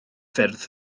ffyrdd